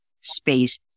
space